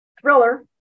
thriller